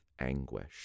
anguish